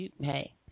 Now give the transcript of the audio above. hey